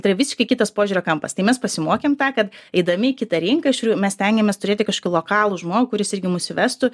tai yra visiškai kitas požiūrio kampas tai mes pasimokėm tą kad eidami į kitą rinką iš tikrųjų mes stengiamės turėti kažkokį lokalų žmogų kuris irgi mus vestų